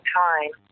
time